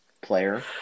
player